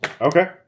Okay